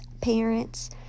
parents